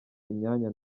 imyanya